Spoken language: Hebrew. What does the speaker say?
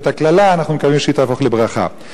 הקללה"; אנחנו מקווים שהיא תהפוך לברכה.